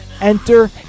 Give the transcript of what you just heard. Enter